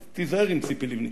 אז תיזהר עם ציפי לבני.